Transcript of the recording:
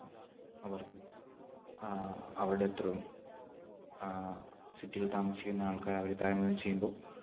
അവർ അവരുടെ അത്രയും സിറ്റികൾ താമസിക്കുന്ന ആൾക്കാർ അവരെ താരതമ്യം ചെയ്യുമ്പോൾ